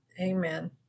Amen